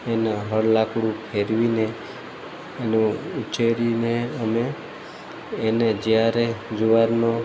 એના હળ લાકળું ફેરવીને એનું ઉછેરીને અમે એને જ્યારે જુવારનો